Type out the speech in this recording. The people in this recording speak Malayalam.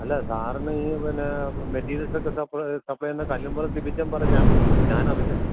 അല്ല സാറിന് ഈ പിന്നെ മെറ്റീരിയൽസ് ഒക്കെ സപ്ലൈ സപ്ലൈ ചെയ്യുന്ന കല്ലുംപുറം സിബിച്ചൻ പറഞ്ഞാണ് ഞാൻ അറിഞ്ഞത്